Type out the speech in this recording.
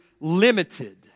limited